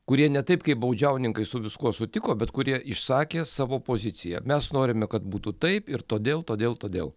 kurie ne taip kaip baudžiauninkai su viskuo sutiko bet kurie išsakė savo poziciją mes norime kad būtų taip ir todėl todėl todėl